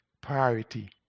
priority